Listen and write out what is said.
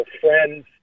friends